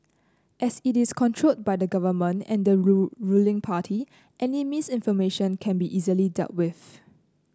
as it is controlled by the government and the rule ruling party any misinformation can be easily dealt with